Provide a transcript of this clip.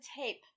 tape